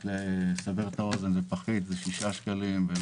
רק לסבר את האוזן: פחית שתייה ב-6 שקלים.